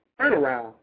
turnaround